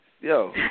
Yo